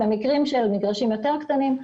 במקרים של מגרשים יותר קטנים,